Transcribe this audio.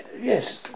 yes